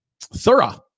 thorough